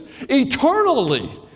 eternally